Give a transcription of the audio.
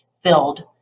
filled